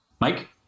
Mike